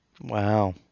wow